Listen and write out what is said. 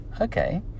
Okay